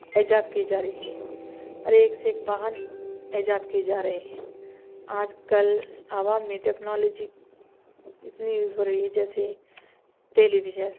ایجاد کی جا رہی ہے اور ایک سے ایک واہن ایجاد کیے جا رہے ہیں آج کل عوام میں ٹیکنالوجی اتنی یوز ہو رہی ہے جیسے ٹیلی ویژن